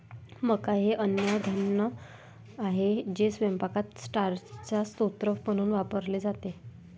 मका हे अन्नधान्य आहे जे स्वयंपाकात स्टार्चचा स्रोत म्हणून वापरले जाते